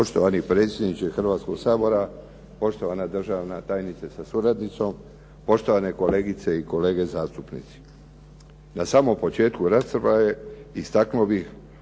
Poštovani predsjedniče Hrvatskoga sabora, poštovana državna tajnice sa suradnicom, poštovane kolegice i kolege zastupnici. Na samom početku rasprave istaknuo bih